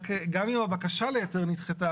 גם אם הבקשה להיתר נדחתה,